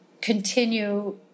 continue